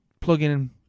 plug-in